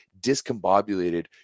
discombobulated